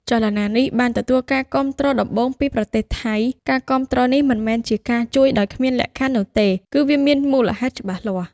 ចលនានេះបានទទួលការគាំទ្រដំបូងពីប្រទេសថៃ ការគាំទ្រនេះមិនមែនជាការជួយដោយគ្មានលក្ខខណ្ឌនោះទេ គឺវាមានមូលហេតុច្បាស់លាស់។